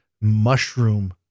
mushroom